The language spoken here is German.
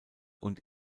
und